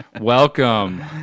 welcome